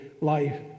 life